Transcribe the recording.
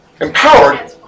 empowered